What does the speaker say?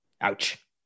Ouch